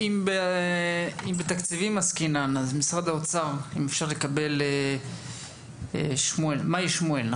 אם בתקציבים עסקינן, משרד האוצר, מאי שמואל.